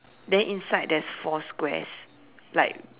then inside there's four squares like